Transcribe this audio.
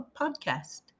Podcast